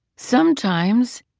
sometimes,